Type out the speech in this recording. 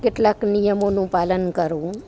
કેટલાક નિયમોનું પાલન કરવું